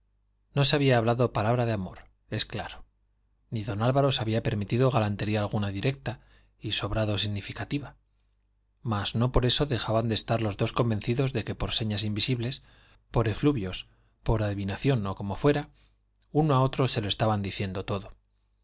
no se había hablado palabra de amor es claro ni don álvaro se había permitido galantería alguna directa y sobrado significativa mas no por eso dejaban de estar los dos convencidos de que por señas invisibles por efluvios por adivinación o como fuera uno a otro se lo estaban diciendo todo